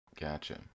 Gotcha